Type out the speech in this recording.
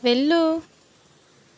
వెళ్ళు